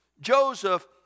Joseph